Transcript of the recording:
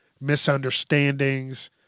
misunderstandings